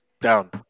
down